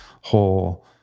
whole